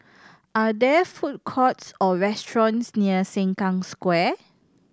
are there food courts or restaurants near Sengkang Square